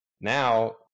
Now